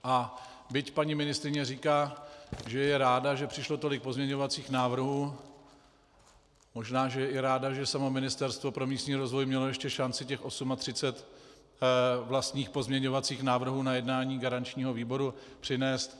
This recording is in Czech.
A byť paní ministryně říká, že je ráda, že přišlo tolik pozměňovacích návrhů, možná že je i ráda, že samo Ministerstvo pro místní rozvoj mělo ještě šanci těch 38 vlastních pozměňovacích návrhů na jednání garančního výboru přinést.